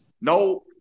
No